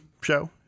show